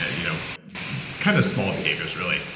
ah you know kind of small behaviors really.